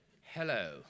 Hello